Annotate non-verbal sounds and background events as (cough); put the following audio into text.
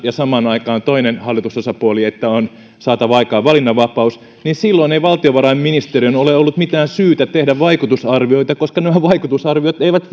ja samaan aikaan toinen hallitusosapuoli sanoo että on saatava aikaan valinnanvapaus niin silloin ei valtiovarainministeriön ole ollut mitään syytä tehdä vaikutusarvioita koska ne vaikutusarviot eivät (unintelligible)